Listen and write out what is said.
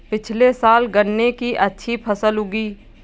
पिछले साल गन्ने की अच्छी फसल उगी